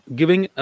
giving